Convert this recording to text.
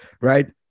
right